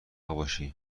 باشی